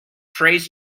prays